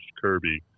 Kirby